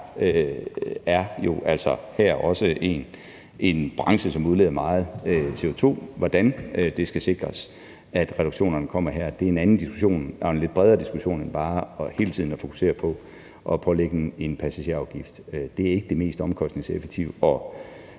jo altså også er en branche, som udleder meget CO2. Hvordan det skal sikres, at reduktionerne kommer her, er en anden og lidt bredere diskussion end bare det hele tiden at fokusere på at prøve at lægge en passagerafgift ind. Det er ikke det mest omkostningseffektive